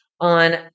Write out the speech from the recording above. on